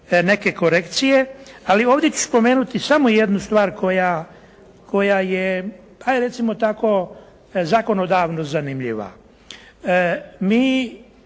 neke korekcije. Ali ovdje ću spomenuti samo jednu stvar koja je, ajde recimo tako zakonodavno zanimljiva. Mi